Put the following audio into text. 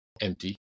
empty